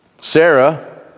Sarah